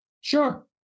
Sure